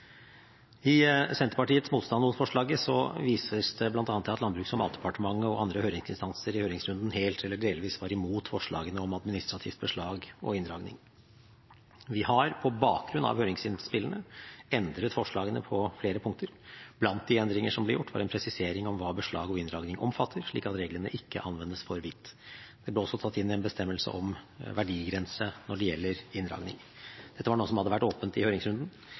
I Senterpartiets motstand mot forslaget vises det bl.a. til at Landbruks- og matdepartementet og andre høringsinstanser i høringsrunden helt eller delvis var imot forslagene om administrativt beslag og inndragning. Vi har på bakgrunn av høringsinnspillene endret forslagene på flere punkter. Blant de endringer som ble gjort, var en presisering av hva beslag og inndragning omfatter, slik at reglene ikke anvendes for vidt. Det ble også tatt inn en bestemmelse om verdigrense når det gjelder inndragning. Dette var noe som hadde vært åpent i høringsrunden.